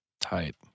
Tight